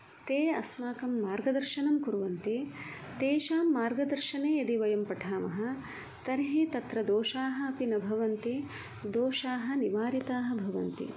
ते अस्माकं मार्गदर्शनं कुर्वन्ति तेषां मार्गदर्शने यदि वयं पठामः तर्हि तत्र दोषाः अपि न भवन्ति दोषाः निवारिताः भवन्ति